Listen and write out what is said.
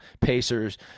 Pacers